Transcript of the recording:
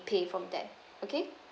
pay from there okay